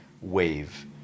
wave